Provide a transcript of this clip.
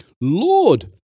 Lord